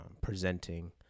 presenting